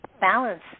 balance